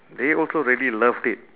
they also really loved it